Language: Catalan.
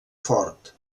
fort